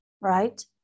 right